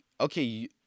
okay